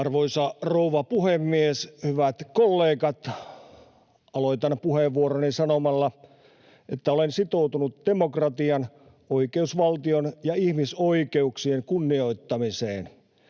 Arvoisa rouva puhemies! Hyvät kollegat! Aloitan puheenvuoroni sanomalla, että olen sitoutunut demokratian, oikeusvaltion ja ihmisoikeuksien kunnioittamiseen.